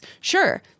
Sure